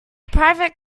private